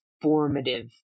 formative